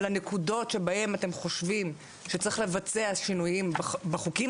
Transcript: על הנקודות שבהן אתם חושבים שצריך לבצע שינויים בחוקים.